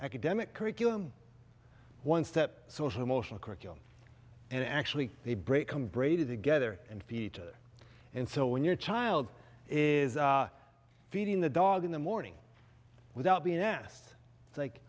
academic curriculum one step social emotional curriculum and actually they break them braided together and peter and so when your child is feeding the dog in the morning without being asked like